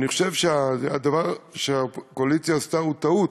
אני חושב שהדבר שהקואליציה עשתה הוא טעות,